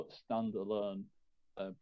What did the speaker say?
standalone